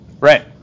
Right